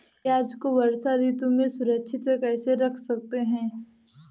प्याज़ को वर्षा ऋतु में सुरक्षित कैसे रख सकते हैं?